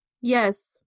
Yes